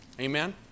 Amen